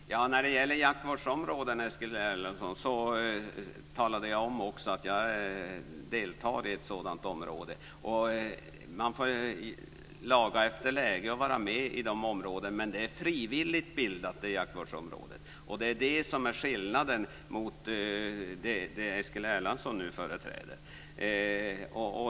Fru talman! När det gäller jaktvårdsområden, Eskil Erlandsson, talade jag om att jag deltar i ett sådant område. Man får laga efter läge och vara med i dessa områden. Men jaktvårdsområdet är frivilligt bildat. Det är det som är skillnaden mot det som Eskil Erlandsson nu företräder.